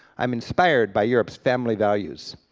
i'm inspired by europe's family values.